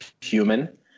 human